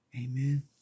Amen